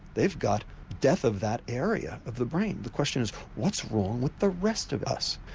they've got death of that area of the brain. the question is what's wrong with the rest of us?